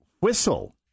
whistle